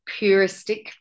puristic